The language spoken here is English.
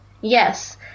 Yes